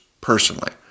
personally